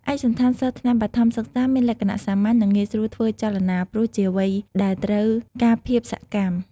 ឯកសណ្ឋានសិស្សថ្នាក់បឋមសិក្សាមានលក្ខណៈសាមញ្ញ និងងាយស្រួលធ្វើចលនា ព្រោះជាវ័យដែលត្រូវការភាពសកម្ម។